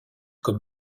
comme